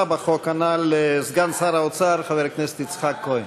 בחוק הנ"ל סגן שר האוצר חבר הכנסת יצחק כהן.